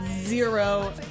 zero